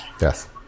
Yes